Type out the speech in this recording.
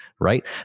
right